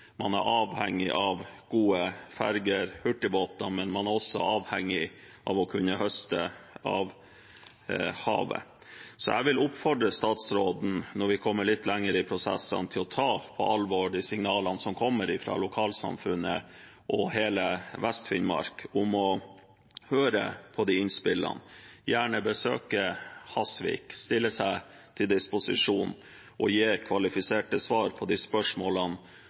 Man er avhengig av gode ferger, hurtigbåter, men man er også avhengig av å kunne høste av havet. Så jeg vil oppfordre statsråden, når vi kommer litt lenger i prosessene, til å ta på alvor de signalene som kommer fra lokalsamfunnet og hele Vest-Finnmark, høre på de innspillene, gjerne besøke Hasvik, stille seg til disposisjon og gi kvalifiserte svar på de spørsmålene